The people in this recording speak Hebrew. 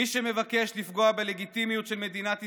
מי שמבקש לפגוע בלגיטימיות של מדינת ישראל,